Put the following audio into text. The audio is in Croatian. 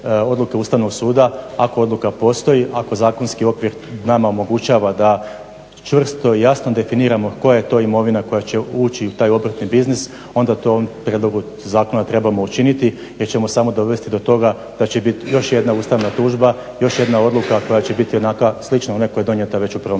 Ustavnog suda ako odluka postoji, ako zakonski okvir nama omogućava da čvrsto i jasno definiramo koja je to imovina koja će ući u taj obrtni biznis onda to u ovom prijedlogu zakona trebamo učiniti jer ćemo samo dovesti do toga da će biti još jedna ustavna tužba, još jedna odluka koja će biti onakva, slična onoj koja je donijeta već u prvom slučaju.